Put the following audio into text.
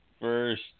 First